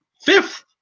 fifth